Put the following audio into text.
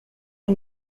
and